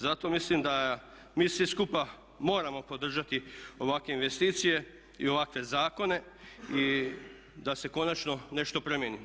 Zato mislim da mi svi skupa moramo podržati ovakve investicije i ovakve zakone i da se konačno nešto promijeni.